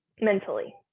mentally